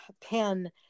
pen